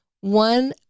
One